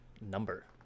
number